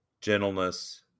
gentleness